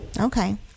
okay